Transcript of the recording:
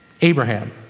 Abraham